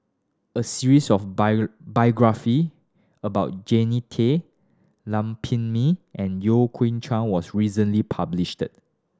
a series of biography about Jannie Tay Lam Pin Min and Yeo Kian Chye was recently published